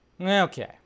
Okay